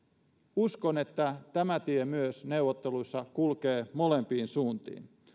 uskon että tämä tie myös neuvotteluissa kulkee molempiin suuntiin